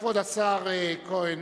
כבוד השר כהן,